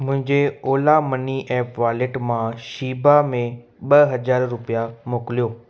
मुंहिंजे Ola money app wallet मां शीबा में ॿ हज़ार रुपया मोकिलियो